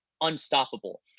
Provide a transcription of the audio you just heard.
unstoppable